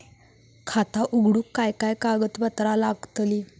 खाता उघडूक काय काय कागदपत्रा लागतली?